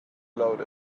load